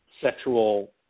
sexual